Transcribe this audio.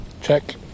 check